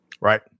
Right